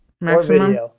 Maximum